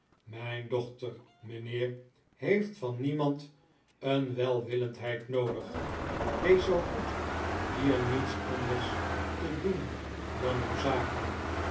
mijn dochter mijnheer heeft van niemand een welwillendheid noodig wees zoo goed hier niets anders te doen dan uw zaken